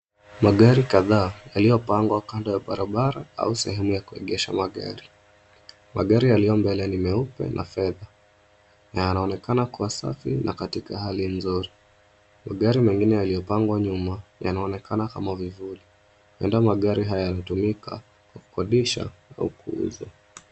Magari kadhaa yaliyopangwa kando ya barabara au sehemu ya kuegesha magari. Magari yaliyo mbele ni meupe na fedha na yanaonekana kuwa safi na katika hali nzuri. Magari mengine yaliyopangwa nyuma yanaonekana kama vivuli huenda magari haya yanatumika kukodisha au kuuza.